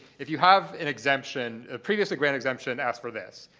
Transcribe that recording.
if you have an exemption a previously granted exemption asks for this.